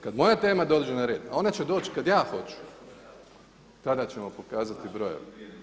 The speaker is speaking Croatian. Kada moja tema dođe na red ona će doći kada ja hoću, tada ćemo pokazati brojeve.